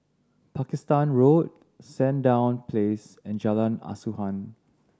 Pakistan Road Sandown Place and Jalan Asuhan